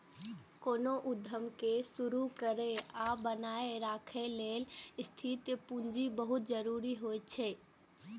कोनो उद्यम कें शुरू करै आ बनाए के राखै लेल स्थिर पूंजी बहुत जरूरी होइ छै